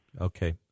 Okay